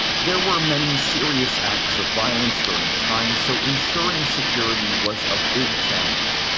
there were many serious acts of violence during the time, so ensuring security was a big challenge.